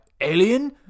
alien